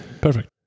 perfect